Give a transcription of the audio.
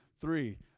three